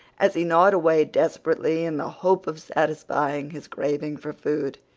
as he gnawed away desperately in the hope of satisfying his craving for food,